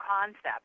concept